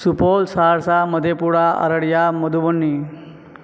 Supaul Saharsa Madhepura Araria Madhubani